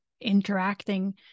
interacting